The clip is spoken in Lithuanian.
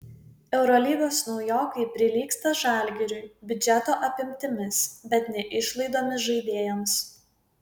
eurolygos naujokai prilygsta žalgiriui biudžeto apimtimis bet ne išlaidomis žaidėjams